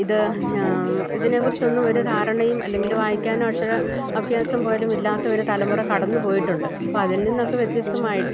ഇത് ഇതിനെക്കുറിച്ചൊന്നുമൊരു ധാരണയും അല്ലെങ്കില് വായിക്കാനോ അക്ഷര അഭ്യാസം പോലുമില്ലാത്തൊരു തലമുറ കടന്നുപോയിട്ടുണ്ട് അപ്പോള് അതിൽ നിന്നൊക്കെ വ്യത്യസ്തമായിട്ട്